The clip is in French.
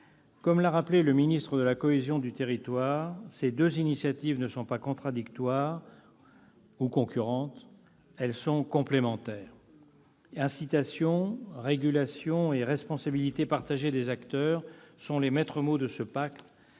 commune sans levier d'action. Comme vous l'avez indiqué, ces deux initiatives ne sont pas contradictoires ou concurrentes : elles sont complémentaires. Incitation, régulation et responsabilité partagée des acteurs sont les maîtres mots de ce pacte.